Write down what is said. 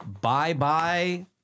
bye-bye